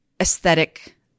aesthetic